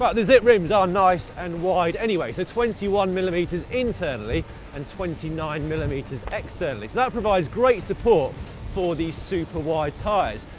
but the zipp rims are nice and wide anyway. so twenty one millimetres internally and twenty nine millimetres externally. that provides great support for these super-wide tyres.